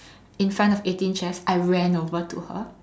in front of Eighteen Chefs I ran over to her